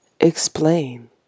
explain